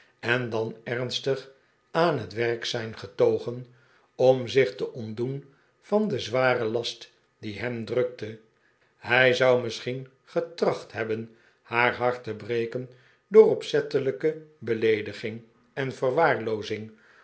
en dan emstig aan het werk zijn getogen om zich te ontdoen van den zwaren last die hem drnkte hij zou misschien getracht hebben haar hart te breken door opzettelijke beleediging en verwaarloozing